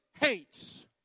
hates